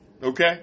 Okay